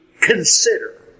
consider